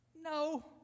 No